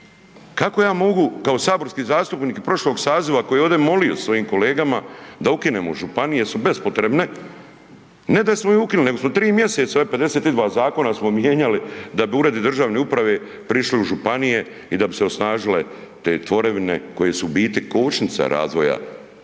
kako ja mogu kao saborski zastupnik prošlog saziva koji je ovdje molio sa svojim kolegama da ukinemo županije jer su bespotrebne ne da smo ih ukinuli nego smo 3 mjeseca, 52 zakona smo mijenjali da bi uredi državne uprave prišli u županije i da bi se osnažile te tvorevine koje su u biti kočnica razvoja